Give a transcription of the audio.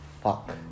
fuck